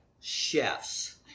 chefs